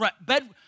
bed